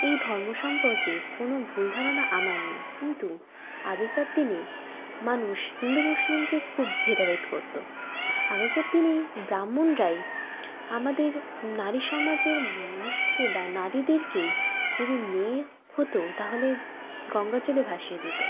এই ধর্ম সম্পর্কে কোনো ভুল ধারণা আমার নেই কিন্তু আগেকার দিনে মানুষ হিন্দু মুসলিমকে খুব ভেদাভেদ করতো আগেকার দিনে ব্রাহ্মণরাই আমাদের নারী সমাজের মানুষকে বা নারীদেরকেই যদি মেয়ে হতো তাহলে গঙ্গাজলে ভাসিয়ে দিত